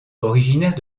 originaires